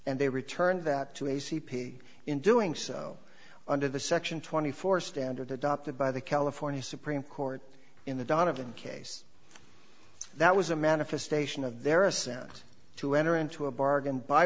and they returned that to a c p in doing so under the section twenty four standard adopted by the california supreme court in the donovan case that was a manifestation of their assent to enter into a bargain by